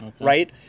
right